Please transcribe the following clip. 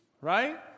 right